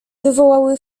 wywołały